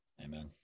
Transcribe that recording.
Amen